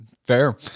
fair